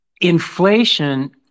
Inflation